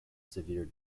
severe